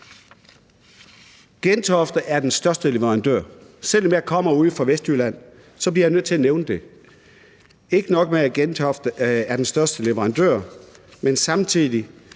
Gentofte er den største leverandør. Selv om jeg kommer ude fra Vestjylland, så bliver jeg nødt til at nævne det, og ikke nok med, at Gentofte er den største leverandør, det er samtidig